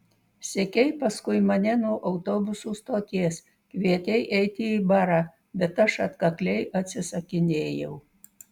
sekei paskui mane nuo autobusų stoties kvietei eiti į barą bet aš atkakliai atsisakinėjau